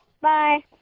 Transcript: Bye